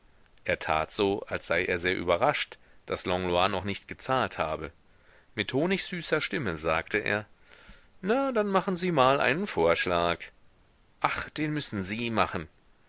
er tat so als sei er sehr überrascht daß langlois noch nicht gezahlt habe mit honigsüßer stimme sagte er na da machen sie mal einen vorschlag ach den müssen sie machen